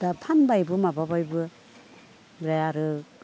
दा फानबायबो माबाबायबो ओमफ्राय आरो